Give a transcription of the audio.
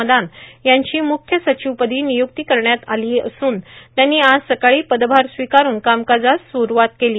मदान यांची मुख्य र्साचवपदी र् ानयुक्ती करण्यात असून त्यांनी आज सकाळी पदभार स्वीकारून कामकाजास सुरूवात केली